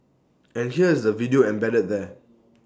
and here is the video embedded there